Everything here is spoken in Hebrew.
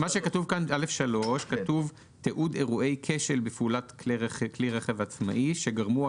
ב-(א)(3) כתוב "תיעוד אירועי כשל בפעולת כלי רכב עצמאי שגרמו או